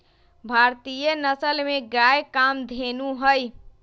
भारतीय नसल में गाय कामधेनु हई